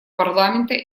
парламента